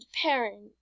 parent